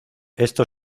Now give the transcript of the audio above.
esto